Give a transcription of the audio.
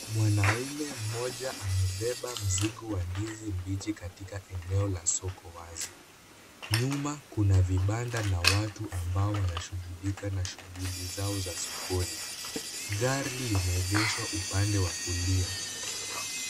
Mwanaume mmoja amebeba mzigo wa ndizi mbichi katika eneo la soko wazi. Nyuma kuna vibanda na watu ambao wanashughulika na shughuli zao za sokoni. Gari limeegeshwa upande wa kulia.